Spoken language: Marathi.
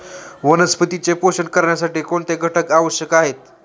वनस्पतींचे पोषण करण्यासाठी कोणते घटक आवश्यक आहेत?